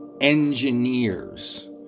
engineers